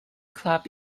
club